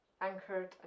anchored